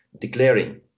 declaring